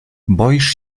boisz